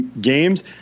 games